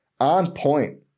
on-point